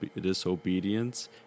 disobedience